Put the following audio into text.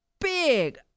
big